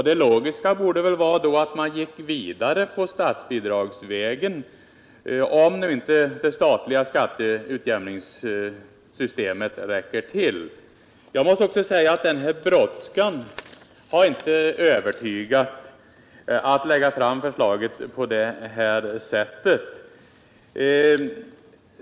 Det logiska borde väl vara att gå vidare på statsbidragsvägen, om nu inte det statliga skatteutjämningssystemet räcker till. Jag vill också säga att brådskan med framläggandet av förslaget inte har övertygat.